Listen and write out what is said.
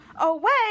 away